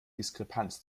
diskrepanz